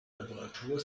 reparatur